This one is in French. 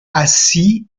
assis